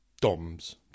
DOMS